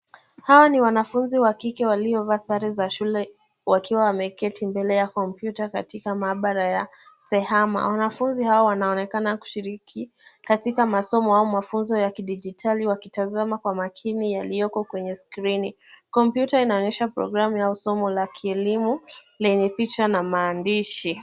Hawa ni wanafunzi wa kike waliovaa sare za shule wakiwa wameketi mbele ya kompyuta katika maabara ya tehana. Wanafunzi hawa wanaonekana kushiriki katika masomo au mafunzo ya kidigitali wakitazama kwa makini yaliyoko kwenye skrini. Kompyuta inaonyesha programu au somo la kielimu lenye picha na maandishi.